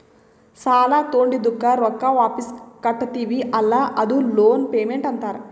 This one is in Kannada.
ಸಾಲಾ ತೊಂಡಿದ್ದುಕ್ ರೊಕ್ಕಾ ವಾಪಿಸ್ ಕಟ್ಟತಿವಿ ಅಲ್ಲಾ ಅದೂ ಲೋನ್ ಪೇಮೆಂಟ್ ಅಂತಾರ್